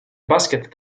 basket